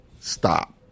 Stop